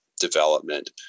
development